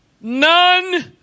None